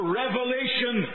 revelation